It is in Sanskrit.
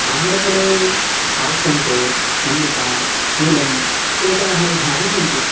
आम्रफले आल्फ़ोन्सो मल्लिका नीलं एताः विधाः सन्ति